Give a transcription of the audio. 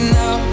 now